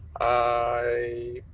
I